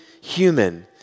human